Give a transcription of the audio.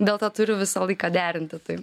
dėl to turiu visą laiką derinti tai